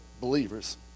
believers